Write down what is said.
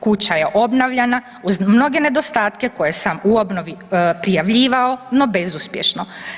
Kuća je obnavljana uz mnoge nedostatke koje sam u obnovi prijavljivao no bezuspješno.